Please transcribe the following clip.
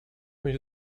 mieć